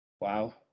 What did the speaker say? Wow